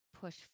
push